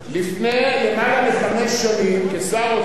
כשר אוצר התחלתי מסע ייסורים